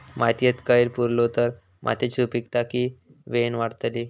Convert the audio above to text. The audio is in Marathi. मातयेत कैर पुरलो तर मातयेची सुपीकता की वेळेन वाडतली?